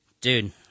Dude